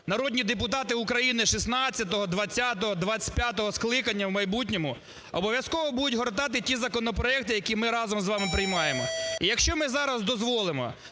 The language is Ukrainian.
народні депутати України 16-го, 20-го, 25-го скликання в майбутньому обов'язково будуть гортати ті законопроекти, які ми разом з вами приймаємо. І якщо ми зараз дозволимо